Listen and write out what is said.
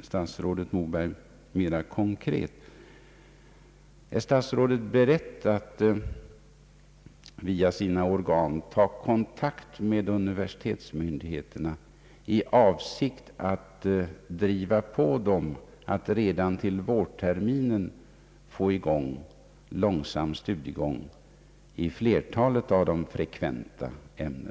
statsrådet Moberg: Är statsrådet beredd att via sina organ ta kontakt med universitetsmyndigheterna i avsikt att driva på dem att redan till vårterminen få i gång långsam studiegång i flertalet av de frekventa ämnena?